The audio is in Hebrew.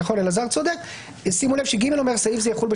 להבנתנו "בשינויים המחויבים" זה אומר שזה חל גם על